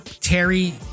Terry